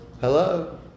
Hello